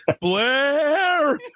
Blair